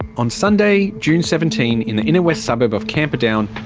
on sunday, june seventeen in the inner-west suburb of camperdown,